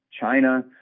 China